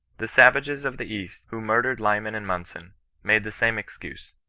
the savages of the east, who murdered lyman and mnnson, made the same excuse.